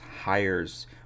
hires